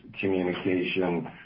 communication